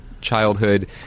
childhood